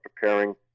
preparing